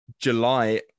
July